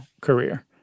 career